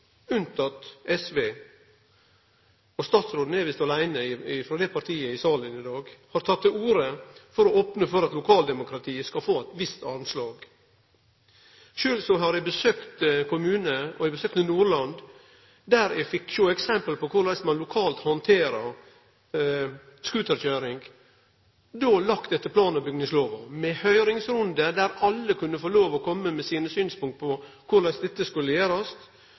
for at lokaldemokratiet skal få eit visst armslag. Sjølv har eg besøkt ein kommune i Nordland der eg fekk sjå eksempel på korleis ein lokalt handterer scooterkøyring – då lagt etter plan- og bygningslova – med høyringsrundar der alle kunne få lov til å kome med sine synspunkt på korleis dette skulle gjerast.